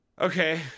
okay